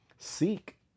seek